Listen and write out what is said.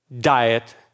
diet